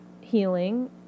healing